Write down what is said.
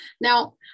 Now